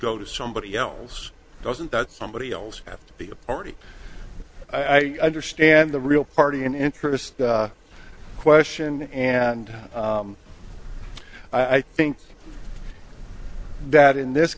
go to somebody else doesn't that somebody else have to be a party i understand the real party in interest question and i think that in this